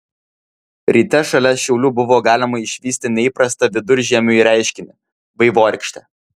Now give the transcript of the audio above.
ryte šalia šiaulių buvo galima išvysti neįprastą viduržiemiui reiškinį vaivorykštę